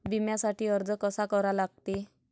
बिम्यासाठी अर्ज कसा करा लागते?